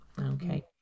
Okay